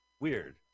weird